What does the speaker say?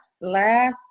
last